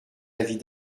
avis